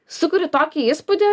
sukuri tokį įspūdį